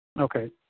Okay